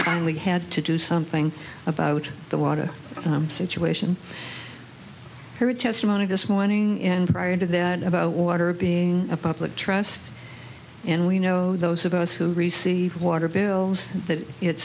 only had to do something about the water situation heard testimony this morning and prior to that about water being a public trust and we know those of us who received water bill that it